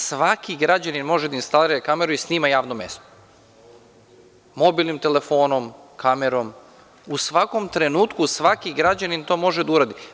Svaki građanin može da instalira kameru i snima javno mesto, da li mobilnim telefonom, da li kamerom, u svakom trenutku svaki građanin to može da uradi.